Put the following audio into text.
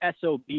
SOB